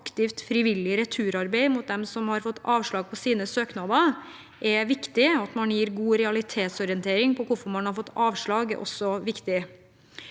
aktivt frivillig returarbeid overfor dem som har fått avslag på sine søknader, er viktig. At man gir god realitetsorientering på hvorfor man har fått avslag, er også viktig.